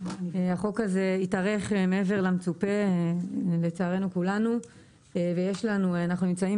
החוק הזה יתארך מעבר למצופה לצער כולנו ואנחנו נמצאים